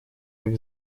как